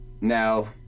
now